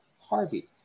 Harvey